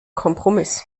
kompromiss